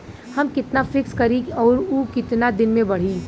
हम कितना फिक्स करी और ऊ कितना दिन में बड़ी?